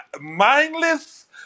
Mindless